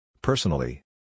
Personally